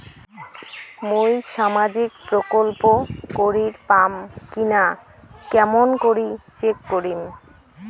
মুই সামাজিক প্রকল্প করির পাম কিনা কেমন করি চেক করিম?